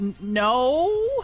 no